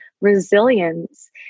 resilience